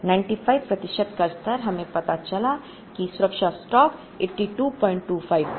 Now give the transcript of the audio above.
95 प्रतिशत का स्तर हमें पता चला कि सुरक्षा स्टॉक 8225 था